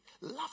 Love